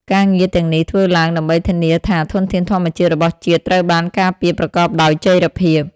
ការងារទាំងនេះធ្វើឡើងដើម្បីធានាថាធនធានធម្មជាតិរបស់ជាតិត្រូវបានការពារប្រកបដោយចីរភាព។